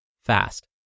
fast